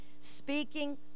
speaking